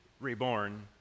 reborn